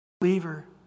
believer